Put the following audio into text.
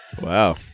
Wow